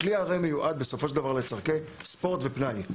הכלי הרי מיועד בסופו של דבר לצורכי ספורט ופנאי.